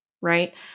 right